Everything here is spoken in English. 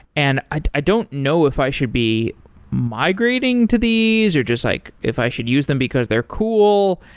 and i i don't know if i should be migrating to these, or just like if i should use them because they're cool.